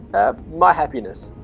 ah. my happiness